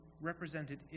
represented